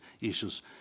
issues